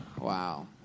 Wow